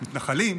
מתנחלים.